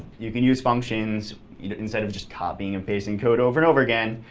you can use functions you know instead of just copying and pasting code over and over again.